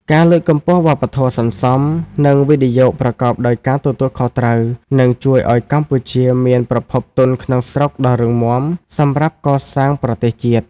ការលើកកម្ពស់វប្បធម៌សន្សំ និងវិនិយោគប្រកបដោយការទទួលខុសត្រូវ នឹងជួយឱ្យកម្ពុជាមានប្រភពទុនក្នុងស្រុកដ៏រឹងមាំសម្រាប់កសាងប្រទេសជាតិ។